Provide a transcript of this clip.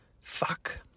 Fuck